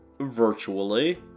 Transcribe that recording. virtually